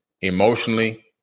emotionally